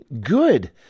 good